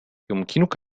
يمكنك